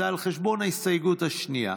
זה על חשבון ההסתייגות השנייה.